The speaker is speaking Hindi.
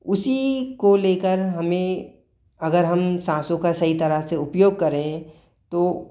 उसी को ले कर हमें अगर हम साँसों का सही तरह से उपयोग करें तो